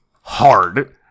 hard